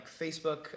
Facebook